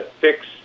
fix